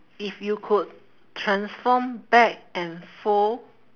if you could transform back and forth